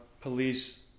police